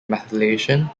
methylation